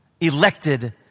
elected